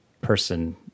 person